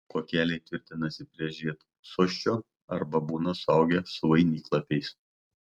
kuokeliai tvirtinasi prie žiedsosčio arba būna suaugę su vainiklapiais